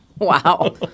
Wow